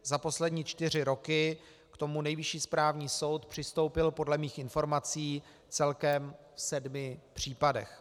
Za poslední čtyři roky k tomu Nejvyšší správní soud přistoupil podle mých informací celkem v sedmi případech.